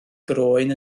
groen